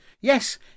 yes